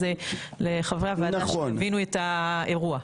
אז לחברי הוועדה שיבינו את האירוע.